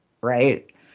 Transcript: right